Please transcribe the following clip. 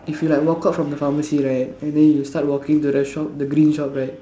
if you like walk out from the pharmacy right and then you start walking to the shop the green shop right